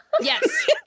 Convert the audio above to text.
yes